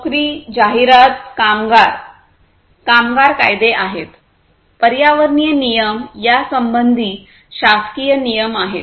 नोकरी जाहिरात कामगार कामगार कायदे आहेत पर्यावरणीय नियम यासंबंधी शासकीय नियम आहेत